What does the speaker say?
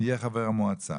יהיה חבר המועצה.".